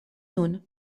nun